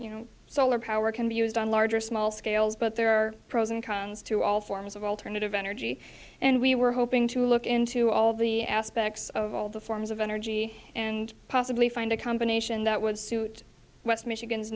you know solar power can be used on large or small scales but there are pros and cons to all forms of alternative energy and we were hoping to look into all the aspects of all the forms of energy and possibly find a combination that would suit west michigan's